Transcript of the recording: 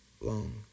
long